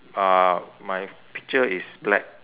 uh my picture is black